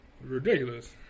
ridiculous